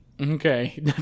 Okay